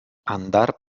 andar